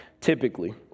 typically